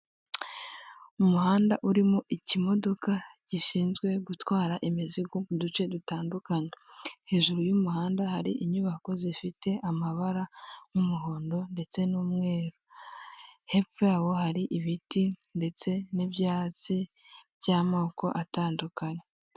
Umuhanda urimo ikimodoka gishinzwe gutwara imizigo mu duce dutandukanye, hejuru y'umuhanda hari inyubako zifite amabara y'umuhondo ndetse n'umweru, hepfo yaho hari ibiti ndetse n'ibyatsi by'amoko atandukanye.